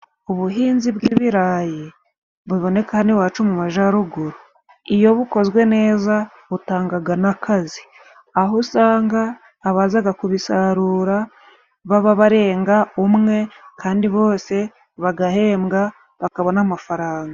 Ubuhinzi bw'ibirayi buboneka hano iwacu mu Majaruguru. Iyo bukozwe neza, butanga n'akazi, aho usanga abazaga kubisarura baba barenga umwe, kandi bose bagahembwa, bakabona amafaranga.